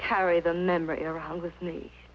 carry the members around with me